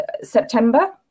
September